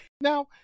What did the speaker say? Now